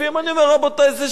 אני אומר: רבותי, זה שוק.